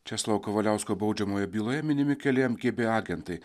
česlovo kavaliausko baudžiamoje byloje minimi keli mkb agentai